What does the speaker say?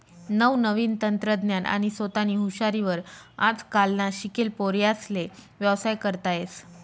नवनवीन तंत्रज्ञान आणि सोतानी हुशारी वर आजकालना शिकेल पोर्यास्ले व्यवसाय करता येस